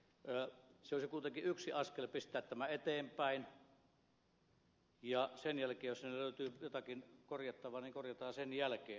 se olisi kuitenkin yksi askel pistää tämä eteenpäin ja jos siinä löytyy jotakin korjattavaa niin korjataan sen jälkeen